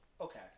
okay